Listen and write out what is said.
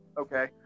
Okay